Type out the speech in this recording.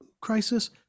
crisis